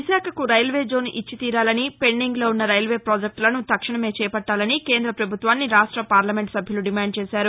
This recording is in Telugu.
విశాఖకు రైల్వేజోన్ ఇచ్చితీరాలని పెండింగ్లోవున్న రైల్వే పాజెక్టులను తక్షణమే చేపట్టాలని కేంద పభుత్వాన్ని రాష్ట్రపార్లమెంట్ సభ్యులు డిమాండ్ చేశారు